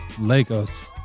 Lagos